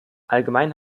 allgemein